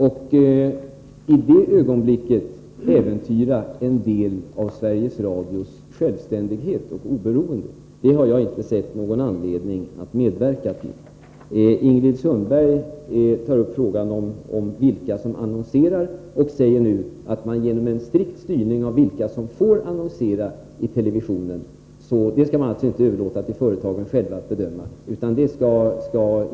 Att i det ögonblicket äventyra en del av Sveriges Radios självständighet och oberoende har jag inte sett någon anledning att medverka till. Ingrid Sundberg tar upp frågan om vilka som får annonsera i televisionen och säger att man genom en strikt styrning av annonsörerna inte överlåter åt företagen själva att bedöma detta.